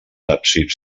absis